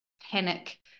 panic